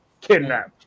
kidnapped